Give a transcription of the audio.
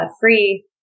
free